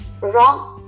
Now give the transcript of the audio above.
wrong